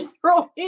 throwing